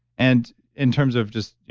and in terms of just,